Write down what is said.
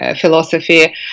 philosophy